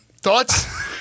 Thoughts